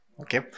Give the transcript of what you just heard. Okay